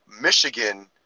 Michigan